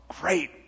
Great